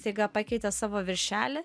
staiga pakeitė savo viršelį